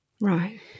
Right